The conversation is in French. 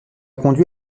conduit